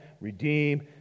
redeem